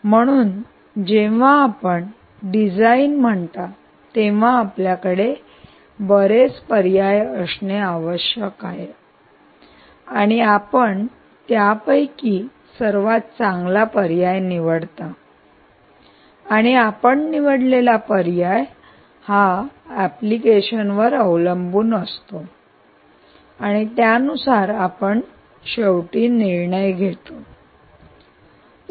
म्हणून जेव्हा आपण डिझाइन म्हणता तेव्हा आपल्याकडे बरेच पर्याय असणे आवश्यक आहे आणि आपण त्यापैकी सर्वात चांगला पर्याय निवडता आणि आपण निवडलेला पर्याय हा एप्लीकेशनवर अवलंबून असतो आणि त्यानुसार आपण शेवटी निर्णय घेतो